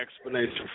explanation